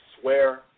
swear